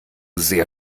sehr